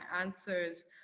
answers